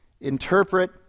interpret